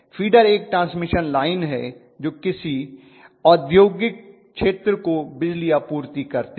feeder एक transmission line है जो किसी औद्योगिक क्षेत्र को बिजली आपूर्ति करती है